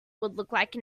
like